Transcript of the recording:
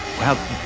Wow